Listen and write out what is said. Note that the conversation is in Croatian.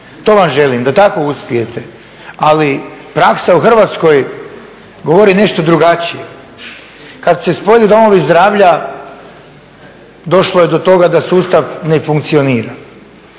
To vam želim, da tako uspijete. Ali praksa u Hrvatskoj govori nešto drugačije. Kad su se spojili domovi zdravlja došlo je do toga da sustav ne funkcionira.